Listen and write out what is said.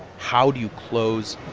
how do you close